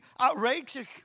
outrageous